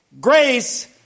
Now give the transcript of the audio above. grace